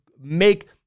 make